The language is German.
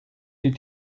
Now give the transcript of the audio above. die